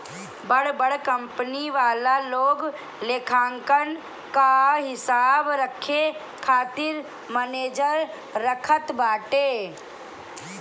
बड़ बड़ कंपनी वाला लोग लेखांकन कअ हिसाब रखे खातिर मनेजर रखत बाटे